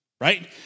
Right